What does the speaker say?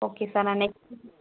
okay sir நான் next